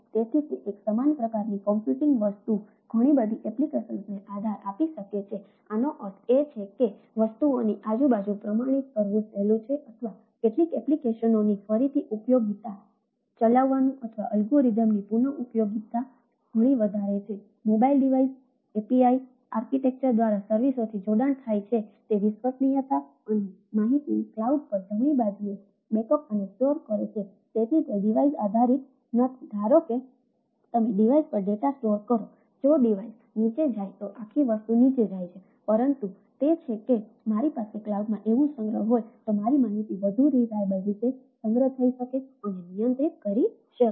તેથી તે એક સમાન પ્રકારની કમ્પ્યુટિંગ વસ્તુ ઘણી બધી એપ્લિકેશંસ રીતે સંગ્રહ થઈ શકે અને નિયંત્રિત કરી શકાય